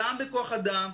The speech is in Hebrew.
גם בכוח אדם,